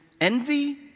envy